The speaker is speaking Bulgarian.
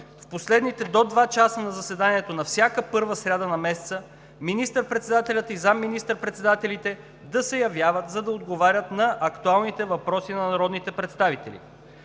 в последните до два часа на заседанието на всяка първа сряда на месеца министър-председателят и заместник министър-председателите да се явяват, за да отговарят на актуалните въпроси на народните представители.